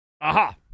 Aha